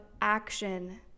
action